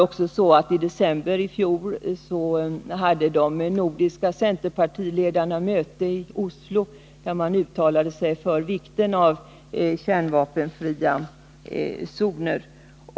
Vidare hade de nordiska centerpartiledarna i december i fjol möte i Oslo, där de uttalade sig för vikten av kärnvapenfria zoner.